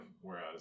whereas